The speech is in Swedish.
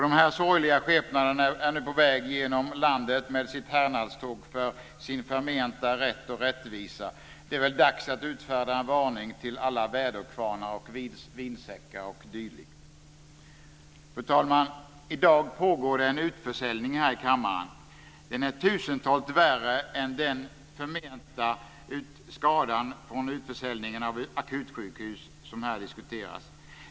De här sorgliga skepnaderna är nu på väg genom landet med sitt härnadståg för sin förmenta rätt och rättvisa. Det är väl dags att utfärda en varning till alla väderkvarnar, vinsäckar och dylikt. Fru talman! I dag pågår en utförsäljning här i kammaren. Den är tusentalet värre än den förmenta skadan från utförsäljningen av akutsjukhus som här diskuteras.